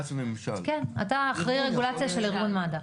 כן, אתה האחראי על הרגולציה של ארגון מד"א.